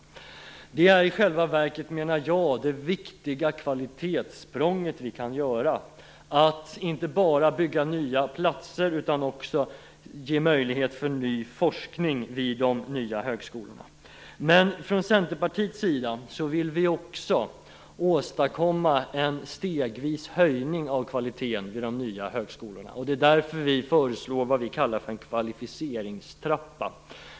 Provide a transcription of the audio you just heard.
Jag menar att det i själva verket är det viktiga kvalitetssprång som vi kan göra, att inte bara bygga nya platser utan att också ge möjlighet för ny forskning vid de nya högskolorna. Vi från Centerpartiet vill även åstadkomma en stegvis höjning av kvaliteten vid de nya högskolorna. Det är därför som vi föreslår det som vi kallar för en kvalificeringstrappa.